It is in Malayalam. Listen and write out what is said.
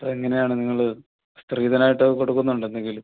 എങ്ങനെയാണ് നിങ്ങൾ സ്ത്രീധനമായിട്ട് കൊടുക്കുന്നുണ്ടോ എന്തെങ്കിലും